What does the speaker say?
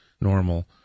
normal